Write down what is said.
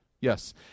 Yes